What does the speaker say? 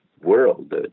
world